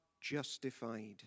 justified